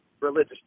religious